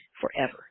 forever